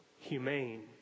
humane